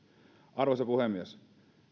arvoisa puhemies